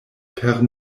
per